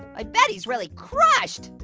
i bet he's really crushed.